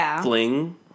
fling